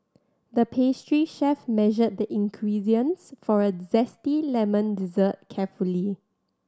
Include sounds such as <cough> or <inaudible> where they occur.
the pastry chef measured the ingredients for a <unintelligible> zesty lemon dessert carefully